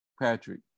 Patrick